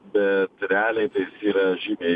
bet realiai tai jis yra žymiai